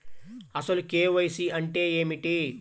అసలు కే.వై.సి అంటే ఏమిటి?